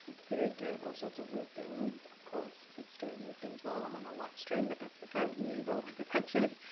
computer is doing all sorts of weird things. of course it's doing weird things while i'm on a live stream, but that's okay. we roll with the punches.